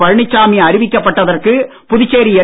பழனிசாமி அறிவிக்கப்பட்டதற்கு புதுச்சேரி என்